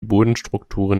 bodenstrukturen